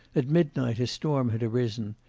at midnight a storm had arisen,